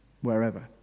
Wherever